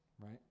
right